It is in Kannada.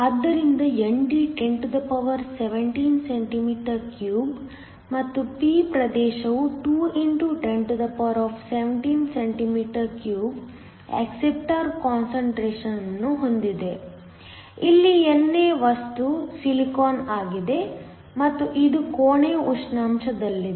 ಆದ್ದರಿಂದ ND 1017cm 3 ಮತ್ತು p ಪ್ರದೇಶವು 2 x 1017 cm 3 ಅಕ್ಸೆಪ್ಟಾರ್ ಕಾನ್ಸಂಟ್ರೇಶನ್ ಹೊಂದಿದೆ ಇಲ್ಲಿ NA ವಸ್ತು ಸಿಲಿಕಾನ್ ಆಗಿದೆ ಮತ್ತು ಇದು ಕೋಣೆಯ ಉಷ್ಣಾಂಶದಲ್ಲಿದೆ